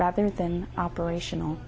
rather than operational